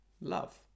love